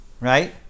Right